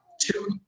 two